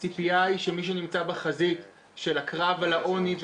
האם הציפייה היא שמי שנמצא בחזית של הקרב על העוני,